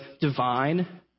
divine